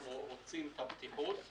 רוצים את הבטיחות,